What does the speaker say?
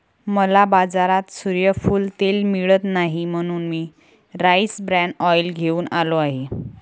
मला बाजारात सूर्यफूल तेल मिळत नाही म्हणून मी राईस ब्रॅन ऑइल घेऊन आलो आहे